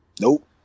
Nope